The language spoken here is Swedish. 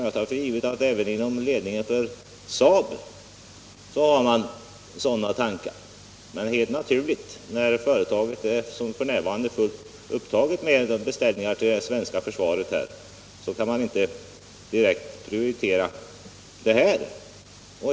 Jag tar för givet att man även inom ledningen för SAAB har sådana tankar, men det är helt naturligt att man nu, när företaget är fullt upptaget av beställningar till det svenska försvaret, inte direkt kan prioritera denna fråga.